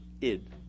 id